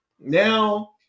Now